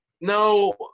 No